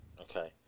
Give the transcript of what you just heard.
Okay